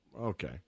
okay